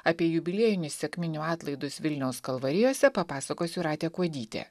apie jubiliejinius sekminių atlaidus vilniaus kalvarijose papasakos jūratė kuodytė